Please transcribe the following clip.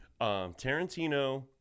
Tarantino